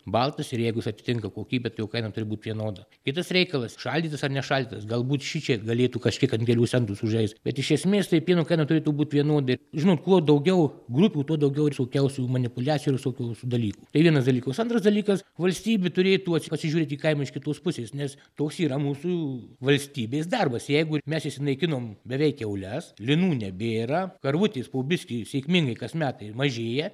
baltas ir jeigu jis atitinka kokybę tai jo kaina turi būt vienoda kitas reikalas šaldytas ar nešaldytas galbūt šičia galėtų kažkiek ant kelių centų sužaist bet iš esmės tai pieno kaina turėtų būt vienoda žinot kuo daugiau grupių tuo daugiau ir visokiausių manipuliacijų ir visokiausių dalykų tai vienas dalykus o antras dalykas valstybė turėtų atsi pasižiūrėt į kaimą iš kitos pusės nes toks yra mūsų valstybės darbas jeigu mes išsinaikinom beveik kiaules linų nebėra karvutės po biskį sėkmingai kas metai mažėja